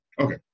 Okay